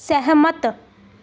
ਸਹਿਮਤ